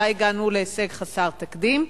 שבה הגענו להישג חסר תקדים,